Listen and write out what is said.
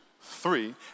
three